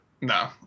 no